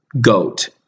goat